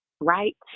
right